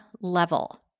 level